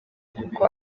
kuko